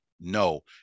No